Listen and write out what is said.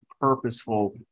purposeful